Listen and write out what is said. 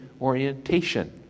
orientation